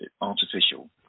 artificial